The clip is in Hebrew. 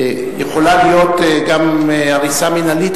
יכולה להיות גם הריסה מינהלית,